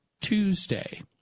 tuesday